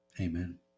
Amen